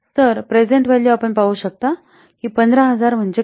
तर present value आपण पाहू शकता की 15000 म्हणजे काय